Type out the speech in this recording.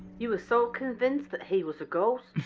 you were so convinced that he was a ghost.